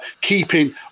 keeping